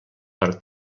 per